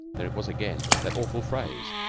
there it was again, that awful phrase.